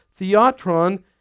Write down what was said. theatron